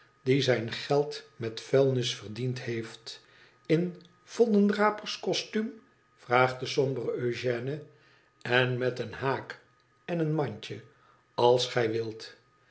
die zijn geld met vuilnis verdiend heeft in voddenrapers costuum vraagt de sombere eugène en met een haak en een mandje als gij wilt